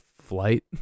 flight